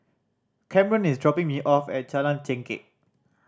Camren is dropping me off at Jalan Chengkek